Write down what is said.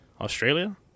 australia